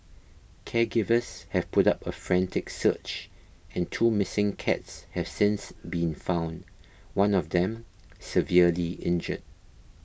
caregivers have put up a frantic search and two missing cats have since been found one of them severely injured